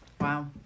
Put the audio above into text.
Wow